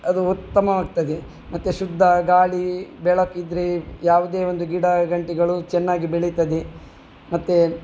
ಅದು ಉತ್ತಮವಾಗ್ತದೆ ಮತ್ತು ಶುದ್ಧ ಗಾಳಿ ಬೆಳಕಿದ್ದರೆ ಯಾವುದೇ ಒಂದು ಗಿಡ ಗಂಟಿಗಳು ಚೆನ್ನಾಗಿ ಬೆಳೀತದೆ ಮತ್ತು